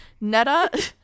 Netta